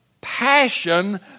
passion